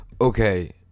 okay